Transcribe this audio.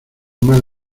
mal